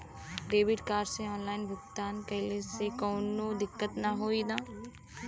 Debit card से online भुगतान कइले से काउनो दिक्कत ना होई न?